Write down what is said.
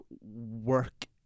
work